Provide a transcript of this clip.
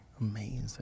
amazing